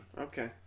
Okay